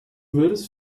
würdest